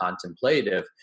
contemplative